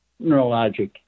neurologic